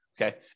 okay